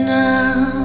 now